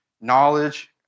knowledge